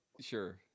sure